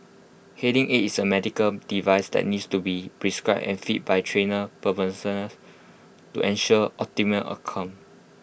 hearing aid is A medical device that needs to be prescribed and fitted by trained to ensure optimum outcome